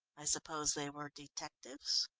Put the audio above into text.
i suppose they were detectives.